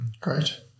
Great